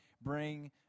bring